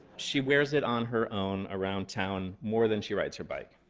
she wears it on her own around town more than she rides her bike.